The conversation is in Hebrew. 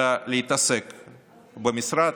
אלא להתעסק במשרד,